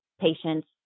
patients